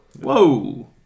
Whoa